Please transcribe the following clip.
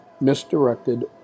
Misdirected